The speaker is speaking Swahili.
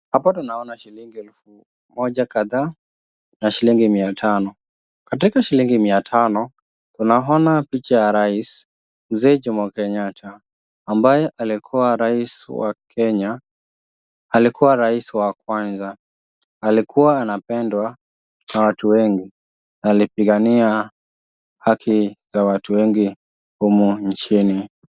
Hapa tuonaona shilingi elfu moja kadhaa na shilingi mia tano. Katika shilingi mia tano, tunaona picha ya Rais, Mzee Jomo Kenyatta, ambaye alikuwa Rais wa Kenya. Alikuwa rais wa kwanza alikuwa anapendwa na watu wengi na alipigania haki za watu wengi humu nchini.